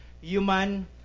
human